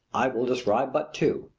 i will describe but two,